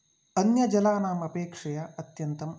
अन्यजलानाम् अपेक्षया अत्यन्तं अल्पम्